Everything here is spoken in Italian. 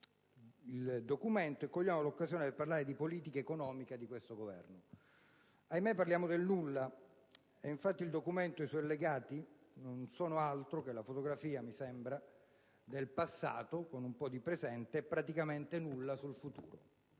il documento e cogliamo l'occasione per parlare della politica economica di questo Governo. Ahimè, parliamo del nulla e infatti il documento e i suoi allegati non sono altro che la fotografia - mi sembra - del passato, con un po' di presente e praticamente nulla sul futuro.